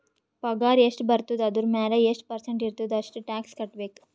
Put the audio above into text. ಪಗಾರ್ ಎಷ್ಟ ಬರ್ತುದ ಅದುರ್ ಮ್ಯಾಲ ಎಷ್ಟ ಪರ್ಸೆಂಟ್ ಇರ್ತುದ್ ಅಷ್ಟ ಟ್ಯಾಕ್ಸ್ ಕಟ್ಬೇಕ್